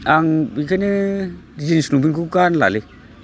आं बेखायनो जिन्स लंफेन्टखौ गानलालै